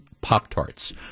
Pop-Tarts